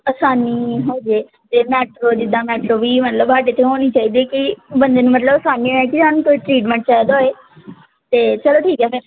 ਆਸਾਨੀ ਹੋ ਜਾਵੇ ਅਤੇ ਮੈਟਰੋ ਜਿੱਦਾਂ ਮੈਟਰੋ ਵੀ ਮਤਲਬ ਸਾਡੇ ਇੱਥੇ ਹੋਣੀ ਚਾਹੀਦੀ ਹੈ ਕਿ ਬੰਦੇ ਨੂੰ ਮਤਲਬ ਅਸਾਨੀ ਹੋਏ ਕਿ ਸਾਨੂੰ ਕੋਈ ਟ੍ਰੀਟਮੈਂਟ ਚਾਹੀਦਾ ਹੋਏ ਤਾਂ ਚਲੋ ਠੀਕ ਹੈ ਫਿਰ